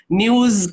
news